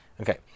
Okay